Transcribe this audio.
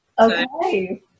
Okay